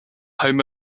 home